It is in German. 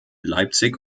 leipzig